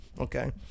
okay